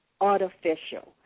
artificial